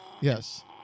Yes